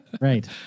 Right